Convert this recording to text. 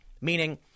Meaning